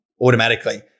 automatically